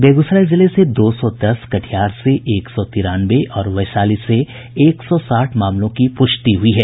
बेगूसराय जिले से दो सौ दस कटिहार से एक सौ तिरानवे और वैशाली से एक सौ साठ मामलों की प्रष्टि हुई है